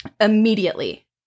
immediately